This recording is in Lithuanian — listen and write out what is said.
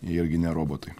jie irgi ne robotai